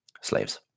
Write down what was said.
slaves